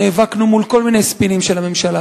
נאבקנו מול כל מיני ספינים של הממשלה,